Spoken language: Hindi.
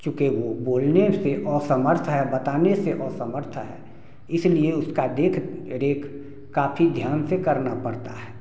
चूँकि वो बोलने से असमर्थ है बताने से असमर्थ है इसलिए उसका देख रेख काफी ध्यान से करना पड़ता है